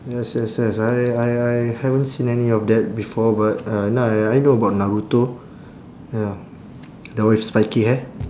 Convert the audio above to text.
yes yes yes I I I haven't seen any of that before but uh n~ I know about naruto ya the one with spiky hair